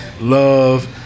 love